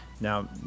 now